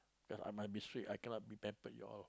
cause I might be strict I cannot be pampered you all